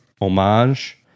homage